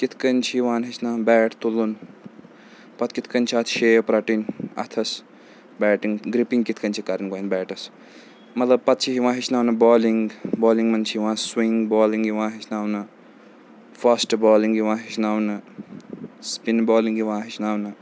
کِتھ کَنۍ چھِ یِوان ہیٚچھناونہٕ بیٹ تُلُن پَتہٕ کِتھ کَنۍ چھِ اَتھ شیپ رَٹٕنۍ اَتھَس بیٹِنٛگ گِرٛپِنٛگ کِتھ کَنۍ چھِ کَرٕنۍ گۄڈنٮ۪تھ بیٹَس مطلب پَتہٕ چھِ یِوان ہیٚچھناونہٕ بالِنٛگ بالِنٛگ منٛز چھِ یِوان سُوِنٛگ بالِنٛگ یِوان ہیٚچھناونہٕ فاسٹ بالِنٛگ یِوان ہیٚچھناونہٕ سِپِن بالِنٛگ یِوان ہیٚچھناونہٕ